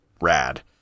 rad